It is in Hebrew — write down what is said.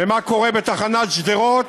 ומה קורה בתחנות שדרות,